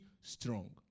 strong